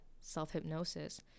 self-hypnosis